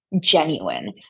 genuine